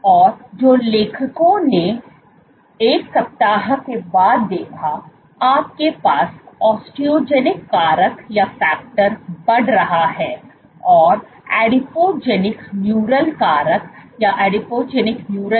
और जो लेखकों ने 1 सप्ताह के बाद देखा आपके पास ओस्टोजेनिक कारक बढ़ रहा है और एडिपोजेनिक न्यूरोनल कारक कम हो रहा है